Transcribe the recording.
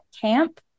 camp